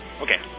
Okay